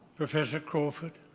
professor crawford,